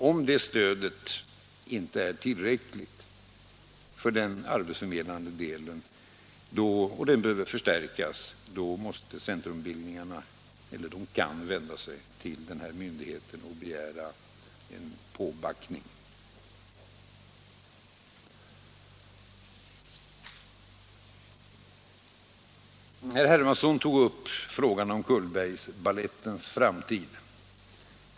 Om det stödet inte är tillräckligt för den arbetsförmedlande delen och den behöver förstärkas, kan centrumbildningarna vända sig till denna myndighet och begära en påbackning. Herr Hermansson tog upp frågan om Cullbergbalettens framtid.